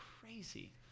crazy